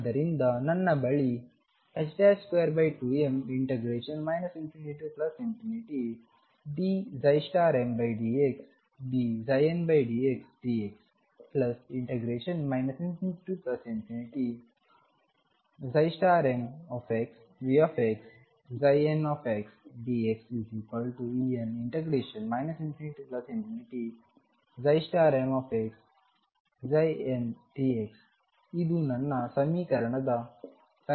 ಆದ್ದರಿಂದ ನನ್ನ ಬಳಿ 22m ∞dmdxdndxdx ∞mVxndxEn ∞mndx ಇದು ನನ್ನ ಸಮೀಕರಣದ ಸಂಖ್ಯೆ 1